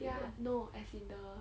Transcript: ya no as in the